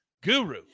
Guru